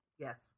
Yes